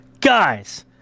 Guys